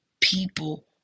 people